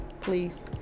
please